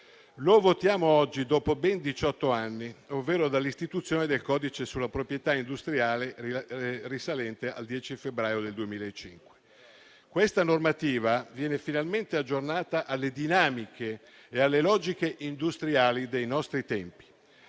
Lo votiamo oggi dopo ben diciotto anni, ovvero dall'istituzione del codice sulla proprietà industriale risalente al 10 febbraio 2005. Questa normativa viene finalmente aggiornata alle dinamiche e alle logiche industriali dei nostri tempi.